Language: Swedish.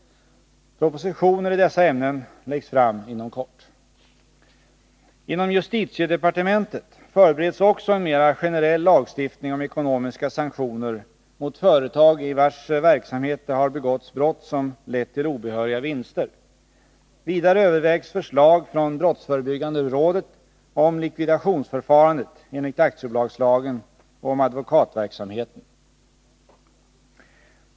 Propositioner i dessa ämnen läggs fram inom kort. Inom justitiedepartementet förbereds också en mera generell lagstiftning om ekonomiska sanktioner mot företag i vars verksamhet det har begåtts brott som lett till obehöriga vinster. Vidare övervägs förslag från brottsförebyggande rådet om likvidationsförfarandet enligt aktiebolagslagen och om advokatverksamheten.